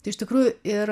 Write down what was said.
tai iš tikrųjų ir